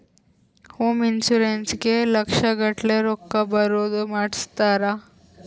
home insurance ಗೇ ಲಕ್ಷ ಗಟ್ಲೇ ರೊಕ್ಕ ಬರೋದ ಮಾಡ್ಸಿರ್ತಾರ